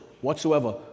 whatsoever